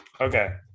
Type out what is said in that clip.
Okay